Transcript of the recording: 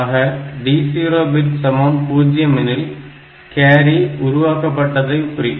ஆக D0 bit சமம் 0 எனில் கேரி உருவாக்கப்பட்டதை குறிக்கும்